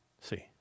see